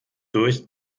durch